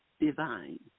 Divine